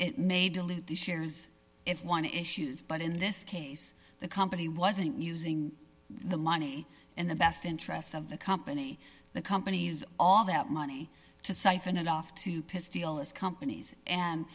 it may dilute the shares if one issues but in this case the company wasn't using the money in the best interests of the company the company's all that money to siphon it off to piss delist companies and